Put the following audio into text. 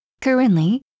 Currently